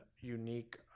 unique